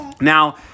Now